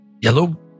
Yellow